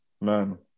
man